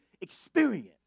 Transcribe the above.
experience